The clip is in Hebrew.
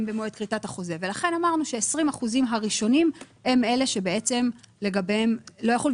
במועד כריתת החוזה ולכן אמרנו ש-20% הראשונים הם אלה שלגביהם זה לא יחול.